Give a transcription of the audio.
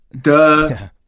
duh